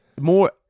more